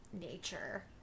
nature